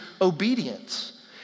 obedience